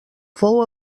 fou